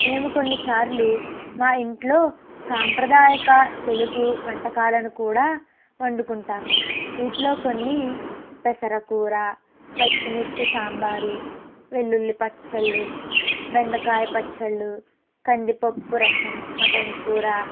మేము కొన్ని సార్లు మా ఇంట్లో సాంప్రదాయక తెలుగు వంటకాలను కూడా వండుకుంటాము వీటిలో కొన్ని పెసర కూర పచ్చిమిర్చి సాంబారు వెల్లుల్లి పచ్చళ్ళు బెండకాయ పచ్చళ్ళు కందిపప్పు రసం మటన్ కూర